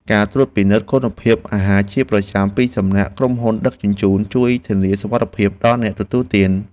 ការត្រួតពិនិត្យគុណភាពអាហារជាប្រចាំពីសំណាក់ក្រុមហ៊ុនដឹកជញ្ជូនជួយធានាសុវត្ថិភាពដល់អ្នកទទួលទាន។